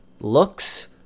looks